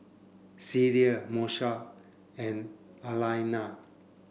Cecil Moesha and Alaina